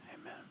Amen